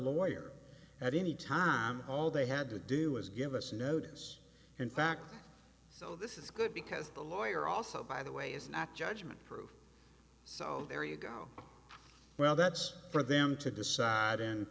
lawyer at any time all they had to do was give us notice in fact so this is good because the lawyer also by the way is not judgment proof so there you go well that's for them to decide and